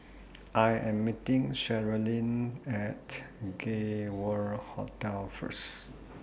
I Am meeting Sherilyn At Gay World Hotel First